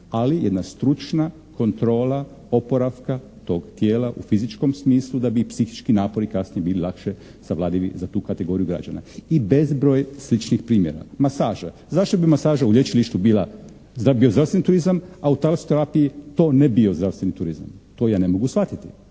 ali jedna stručna kontrola oporavka tog tijela u fizičkom smislu da bi i psihički napori kasnije bili lakše savladivi za tu kategoriju građana. I bezbroj sličnih primjera. Masaža. Zašto bi masaža u lječilištu bila … /Govornik se ne razumije./ turizam, a u talasoterapiji to ne bio zdravstveni turizam. To ja ne mogu shvatiti.